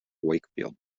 wakefield